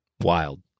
Wild